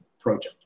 project